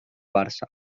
barça